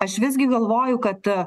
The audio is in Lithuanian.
aš visgi galvoju kad